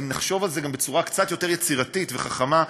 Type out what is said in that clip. אם נחשוב על זה גם בצורה קצת יותר יצירתית וחכמה,